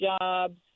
jobs